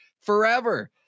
forever